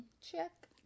Check